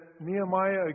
Nehemiah